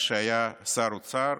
כשהיה שר האוצר,